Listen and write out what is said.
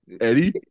Eddie